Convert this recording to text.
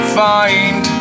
find